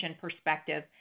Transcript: perspective